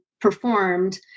performed